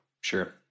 Sure